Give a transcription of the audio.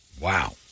Wow